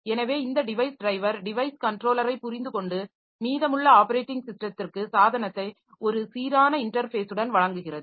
எனவே இந்த device driver device கன்ட்ரோலரை புரிந்துகொண்டு மீதமுள்ள ஆப்பரேட்டிங் ஸிஸ்டத்திற்கு சாதனத்தை ஒரு சீரான இன்டர்ஃபேஸுடன் வழங்குகிறது